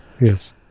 Yes